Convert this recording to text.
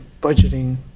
budgeting